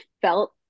felt